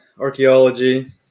archaeology